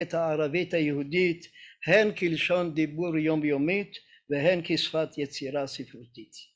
הערבית היהודית הן כלשון דיבור יומיומית והן כשפת יצירה ספרותית